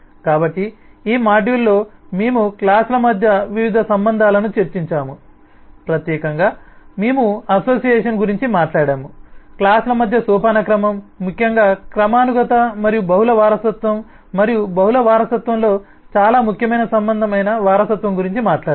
కాబట్టి ఈ మాడ్యూల్లో మేము క్లాస్ ల మధ్య వివిధ సంబంధాలను చర్చించాము ప్రత్యేకంగా మేము అసోసియేషన్ గురించి మాట్లాడాము క్లాస్ ల మధ్య సోపానక్రమం ముఖ్యంగా క్రమానుగత మరియు బహుళ వారసత్వం మరియు బహుళ వారసత్వంలో చాలా ముఖ్యమైన సంబంధం అయిన వారసత్వం గురించి మాట్లాడాము